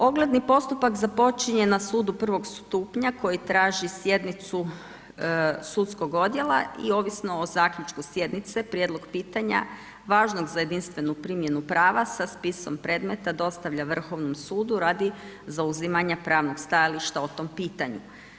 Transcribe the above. Ogledni postupak započinje na sudu prvog stupnja koji traži sjednicu sudskog odjela i ovisno o zaključku sjednice, prijedlog pitanja važnog za jedinstvenu primjenu prava sa spisom predmeta dostavlja Vrhovnom sudu radi zauzimanja pravnog stajališta o tom pitanju.